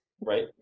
Right